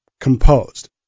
composed